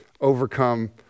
overcome